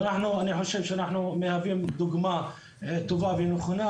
ואני חושב שאנחנו מהווים דוגמה טובה ונכונה